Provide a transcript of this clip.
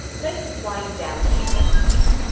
let's wind down these subsidies.